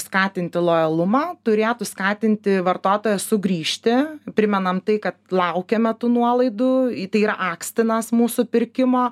skatinti lojalumą turėtų skatinti vartotoją sugrįžti primenam tai kad laukiame tų nuolaidų į tai yra akstinas mūsų pirkimo